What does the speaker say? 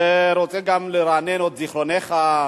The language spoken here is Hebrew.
ורוצה גם לרענן את זיכרונֵך,